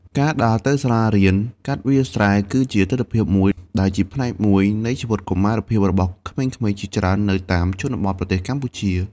ការដើរទៅសាលារៀនកាត់វាលស្រែ គឺជាទិដ្ឋភាពមួយដ៏ស៊ាំធ្លាប់ និងជាផ្នែកមួយនៃជីវិតកុមារភាពរបស់ក្មេងៗជាច្រើននៅតាមជនបទប្រទេសកម្ពុជា។